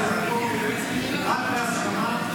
רק בהסכמה,